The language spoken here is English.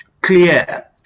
clear